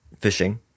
fishing